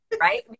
right